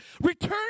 return